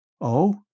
Oh